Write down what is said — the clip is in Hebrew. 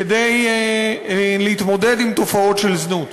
כדי להתמודד עם תופעות של זנות.